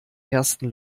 ersten